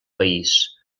país